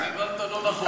אז הבנת לא נכון.